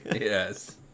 Yes